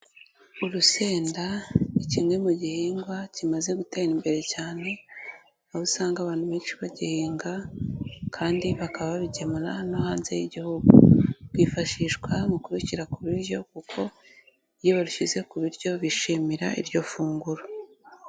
Urusenda ni kimwe mu gihingwa kimaze gutera imbere cyane, aho usanga abantu benshi bagihinga kandi bakaba babigemura no hanze y'Igihugu, rwifashishwa mu kubishyira ku biryo kuko iyo barushyize ku biryo, bishimira iryo funguro.